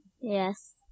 Yes